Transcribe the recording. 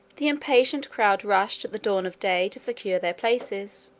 the impatient crowd rushed at the dawn of day to secure their places,